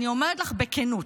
אני אומרת לך בכנות.